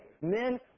Men